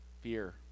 fear